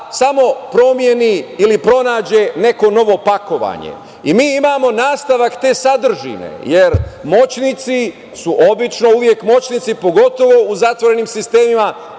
samo promeni ili pronađe neko novo pakovanje. Mi imamo nastavak te sadržine, jer moćnici su obično uvek moćnici, pogotovo u zatvorenim sistemima